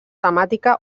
temàtica